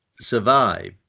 survive